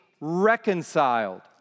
reconciled